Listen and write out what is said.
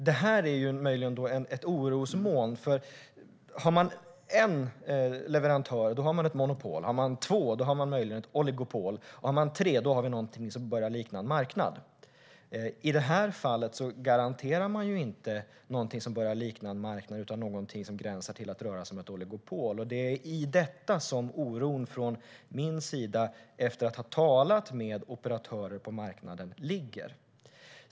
Det här är möjligen ett orosmoln. Har man en leverantör har man ett monopol. Har man två har man möjligen ett oligopol. Har man tre har man någonting som börjar likna en marknad. I det här fallet garanterar man ju inte någonting som börjar likna en marknad utan någonting som gränsar till ett oligopol. Det är i detta som oron från min sida, efter att ha talat med operatörer på marknaden, ligger.